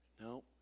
No